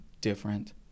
different